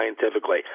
scientifically